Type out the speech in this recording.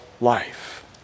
life